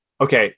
Okay